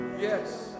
Yes